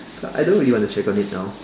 but I don't really want to check on it now